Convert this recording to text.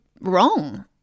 wrong